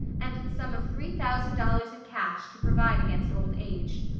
and the sum of three thousand dollars in cash, to provide against old age.